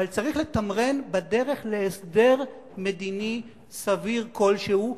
אבל צריך לתמרן בדרך להסדר מדיני סביר כלשהו,